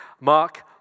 Mark